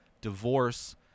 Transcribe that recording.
divorce